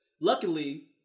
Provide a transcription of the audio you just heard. Luckily